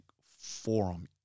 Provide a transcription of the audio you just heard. Forum